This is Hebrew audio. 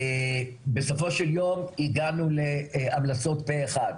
ובסופו של יום הגענו להמלצות פה אחד.